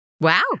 Wow